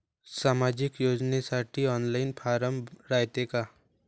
सामाजिक योजनेसाठी online form रायते का?